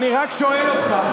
איפה היית קודם?